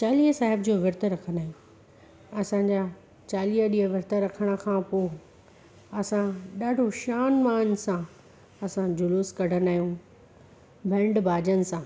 चालीहे साहिब जो विर्तु रखंदा आहियूं असांजा चालीह ॾींहं विर्तु रखण खां पोइ असां ॾाढो शान मान सां असां जुलूसु कढ़ंदा आहियूं बैंड बाजनि सां